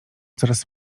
coraz